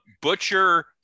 butcher